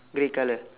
grey colour